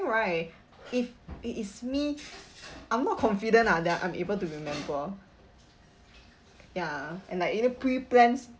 right if it is me I'm not confident ah that I'm able to remember ya and like in a pre-planned